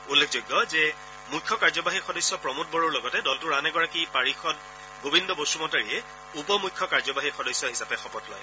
উল্লেখযোগ্য যে মুখ্য কাৰ্যবাহী সদস্য প্ৰমোদ বড়োৰ লগতে দলটোৰ আন এগৰাকী পাৰিষদ গোবিন্দ বসুমতাৰীয়ে উপ মুখ্য কাৰ্যবাহী সদস্য হিচাপে শপত লয়